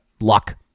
luck